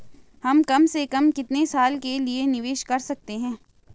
हम कम से कम कितने साल के लिए निवेश कर सकते हैं?